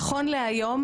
נכון להיום,